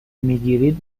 میگیرید